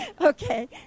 Okay